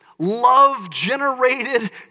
love-generated